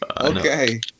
okay